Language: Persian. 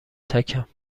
تکم